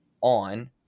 on